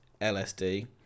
LSD